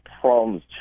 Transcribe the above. problems